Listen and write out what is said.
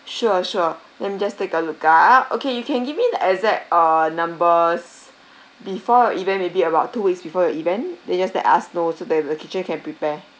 sure sure let me just take a look ah okay you can give me the exact err numbers before event maybe about two weeks before your event then just let us know so that the kitchen can prepare